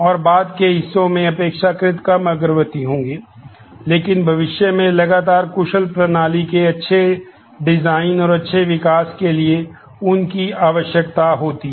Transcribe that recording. और बाद के हिस्सों में अपेक्षाकृत कम अग्रवर्ती होंगे लेकिन भविष्य में लगातार कुशल प्रणाली के अच्छे डिजाइन और अच्छे विकास के लिए उनकी आवश्यकता होती है